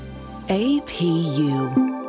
APU